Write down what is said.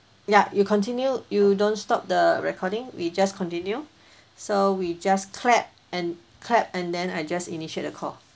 ya you continue you don't stop the recording we just continue so we just clap and clap and then I just initiate a call